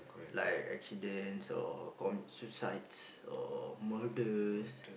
like accidents or com~ suicides or murders